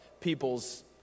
people's